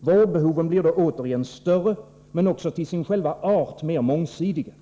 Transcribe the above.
Vårdbehoven blir då återigen större, men också till sin art mer mångsidiga.